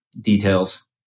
details